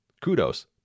Kudos